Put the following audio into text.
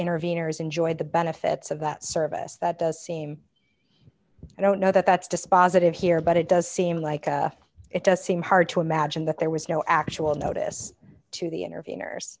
interveners enjoy the benefits of that service that does seem i don't know that that's dispositive here but it does seem like it does seem hard to imagine that there was no actual notice to the interveners